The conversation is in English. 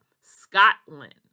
Scotland